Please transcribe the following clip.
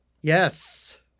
Yes